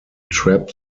trap